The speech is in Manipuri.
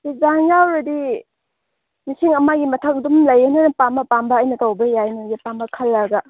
ꯗꯤꯖꯥꯏꯟ ꯌꯥꯎꯔꯗꯤ ꯂꯤꯁꯤꯡ ꯑꯃꯒꯤ ꯃꯊꯛ ꯑꯗꯨꯝ ꯂꯩꯒꯅꯤ ꯅꯪꯅ ꯄꯥꯝꯕ ꯄꯥꯝꯕ ꯑꯩꯅ ꯇꯧꯕ ꯌꯥꯏ ꯅꯪꯒꯤ ꯑꯄꯥꯝꯕ ꯈꯜꯂꯒ